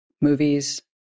movies